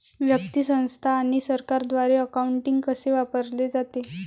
व्यक्ती, संस्था आणि सरकारद्वारे अकाउंटिंग कसे वापरले जाते